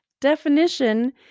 definition